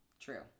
True